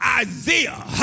Isaiah